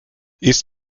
ist